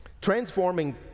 Transforming